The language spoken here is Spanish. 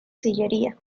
sillería